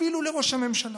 אפילו לראש הממשלה,